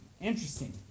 interesting